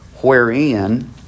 wherein